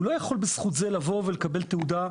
הוא לא יכול בזכות זה לבוא ולקבל תעודה,